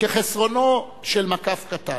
כחסרונו של מקף קטן.